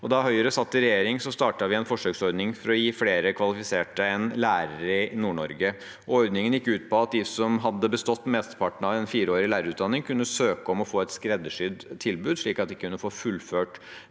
Da Høyre satt i regjering, startet vi en forsøksordning for å gi flere kvalifiserte lærere i Nord-Norge. Ordningen gikk ut på at de som hadde bestått mesteparten av en fireårig lærerutdanning, kunne søke om å få et skreddersydd tilbud slik at de kunne få fullført